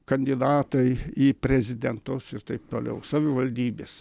kandidatai į prezidentus ir taip toliau savivaldybės